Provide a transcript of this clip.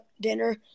dinner